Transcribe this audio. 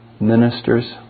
ministers